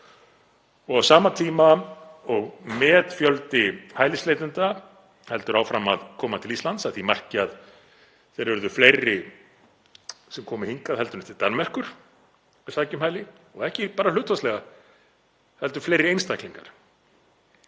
Og á sama tíma og metfjöldi hælisleitenda heldur áfram að koma til Íslands, að því marki að þeir urðu fleiri sem komu hingað heldur en til Danmerkur að sækja um hæli, og ekki bara hlutfallslega heldur fleiri einstaklingar,